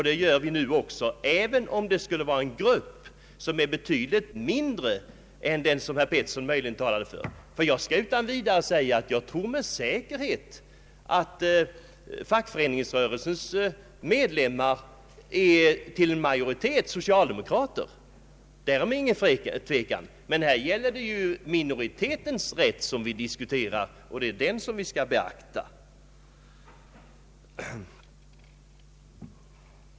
Det gör vi nu också, även om det gäller en grupp som är betydligt mindre än den som herr Pettersson talade för. Med säkerhet är fackföreningsrörelsens medlemmar till majoriteten socialdemokrater. Därom råder intet tvivel. Men här diskuterar vi ju minoritetens rätt, det är den vi skall beakta.